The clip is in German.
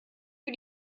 für